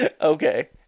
Okay